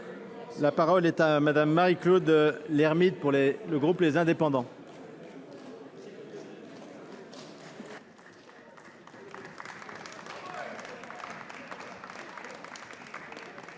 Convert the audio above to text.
La parole est à Mme Marie Claude Lermytte, pour le groupe Les Indépendants